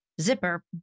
zipper